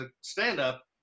stand-up